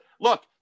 Look